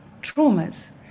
traumas